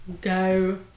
Go